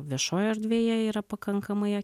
viešoje erdvėje yra pakankamai